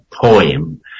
poem